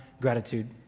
gratitude